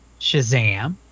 Shazam